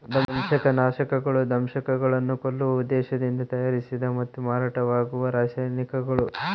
ದಂಶಕನಾಶಕಗಳು ದಂಶಕಗಳನ್ನು ಕೊಲ್ಲುವ ಉದ್ದೇಶದಿಂದ ತಯಾರಿಸಿದ ಮತ್ತು ಮಾರಾಟವಾಗುವ ರಾಸಾಯನಿಕಗಳು